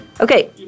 Okay